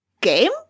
game